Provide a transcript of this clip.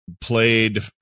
played